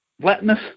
flatness